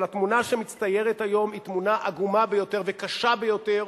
אבל התמונה שמצטיירת היום היא תמונה עגומה ביותר וקשה ביותר,